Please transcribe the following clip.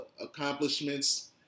accomplishments